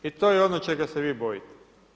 I to je ono čega se vi bojite.